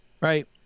right